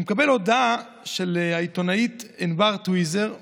אני מקבל הודעה של העיתונאית ענבר טוויזר ממאקו,